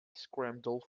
scrambled